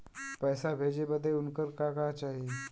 पैसा भेजे बदे उनकर का का चाही?